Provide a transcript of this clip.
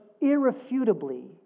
irrefutably